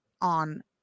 on